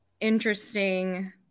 interesting